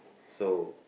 so